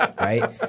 right